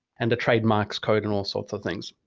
and the trademarks code and all sorts of things.